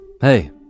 Hey